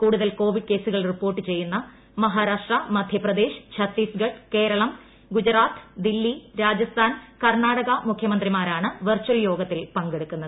കൂടുതൽ കോവിഡ് കേസുകൾ റിപ്പോർട്ട് ചെയ്യുന്ന മഹാരാഷ്ട്ര മധ്യപ്രദേശ് ഛത്തീസ്ഗഡ് കേരളം ഗുജറാത്ത് ദില്ലി രാജസ്ഥാൻ കർണാടക മുഖൃമന്ത്രിമാരാണ് വെർച്ചൽ യോഗത്തിൽ പങ്കെടുക്കുന്നത്